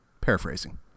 paraphrasing